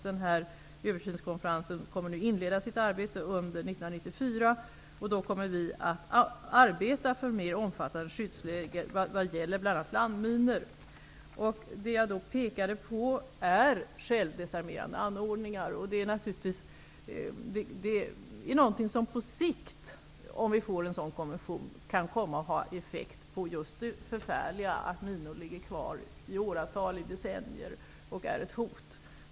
Denna översynskonferens kommer att inleda sitt arbete under 1994. Vi kommer då att arbeta för mer omfattande skyddsläge vad gäller bl.a. landminor. Det jag pekar på är självdesarmerande anordningar. Om vi får en översynskonvention kan det på sikt få effekt på det förfärliga i att minor ligger kvar i åratal, i decennier och att de är ett hot.